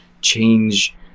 change